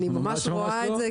ממש ממש לא.